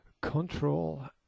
Control